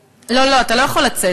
לא, לא, אתה לא יכול לצאת.